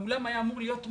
להיות מלא,